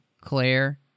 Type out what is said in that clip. Claire